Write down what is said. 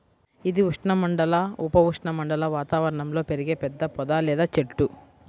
ఇది ఉష్ణమండల, ఉప ఉష్ణమండల వాతావరణంలో పెరిగే పెద్ద పొద లేదా చెట్టు